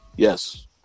Yes